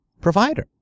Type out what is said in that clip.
provider